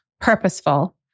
purposeful